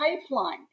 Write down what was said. pipeline